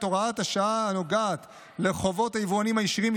הוראת השעה הנוגעת לחובות היבואנים הישירים,